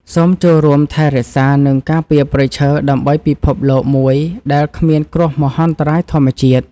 សូមចូលរួមថែរក្សា និងការពារព្រៃឈើដើម្បីពិភពលោកមួយដែលគ្មានគ្រោះមហន្តរាយធម្មជាតិ។